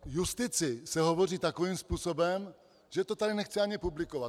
O justici se hovoří takovým způsobem, že to tady nechci ani publikovat.